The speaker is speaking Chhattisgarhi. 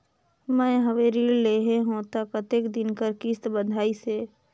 मैं हवे ऋण लेहे हों त कतेक दिन कर किस्त बंधाइस हे?